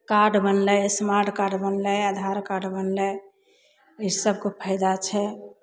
card बनलय smart card बनलय Aadhaar card बनलय ई सबके फायदा छै